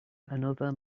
another